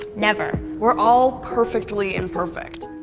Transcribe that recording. never. we're all perfectly imperfect.